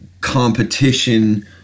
competition